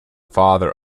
father